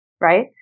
right